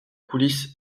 coulisse